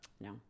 No